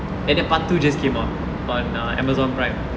and that part two just came up on err amazon prime